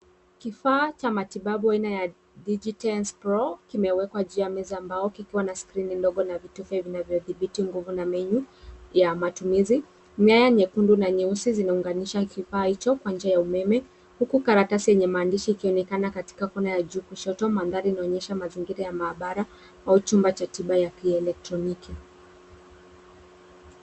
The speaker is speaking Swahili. Kifaa cha matibabu aina ya Digitens Pro kimewekwa juu ya meza ambapo kikiwa na skrini ndogo na vitufe vinavyodhibiti nguvu na menu ya matumizi. Nyaya nyekundu na nyeusi zinaunganisha kifaa hicho kwa njia ya umeme, huku karatasi yenye maandishi ikionekana katika kona ya juu kushoto. Mandhari inaonyesha mazingira ya maabara au chumba cha tiba ya kielektroniki.